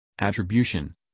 Attribution